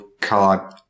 card